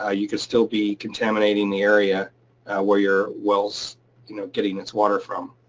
ah you could still be contaminating the area where your well's you know getting its water from.